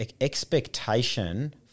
expectation